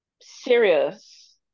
serious